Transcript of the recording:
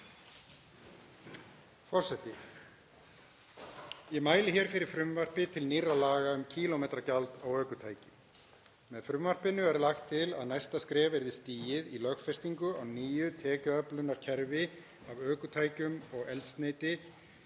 Ég mæli hér fyrir frumvarpi til nýrra laga um kílómetragjald á ökutæki. Með frumvarpinu er lagt til að næsta skref verði stigið í lögfestingu á nýju tekjuöflunarkerfi af ökutækjum og eldsneyti